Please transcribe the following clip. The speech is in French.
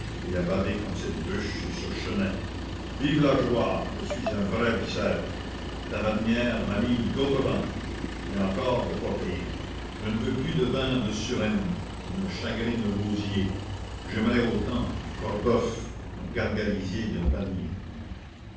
et à baver comme cette bûche sur ce chenet vive la joie je suis un vrai bicêtre tavernière ma mie d'autre vin j'ai encore de quoi payer je ne veux plus de vin de suresnes il me chagrine le gosier j'aimerais autant corboeuf me gargariser d'un panier